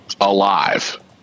alive